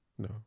No